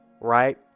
right